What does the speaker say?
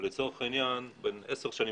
לצורך העניין בעשר השנים,